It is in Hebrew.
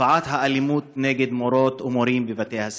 תופעת האלימות נגד מורות ומורים בבתי הספר.